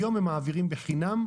היום הם מעבירים בחינם?